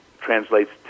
translates